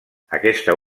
aquesta